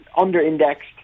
under-indexed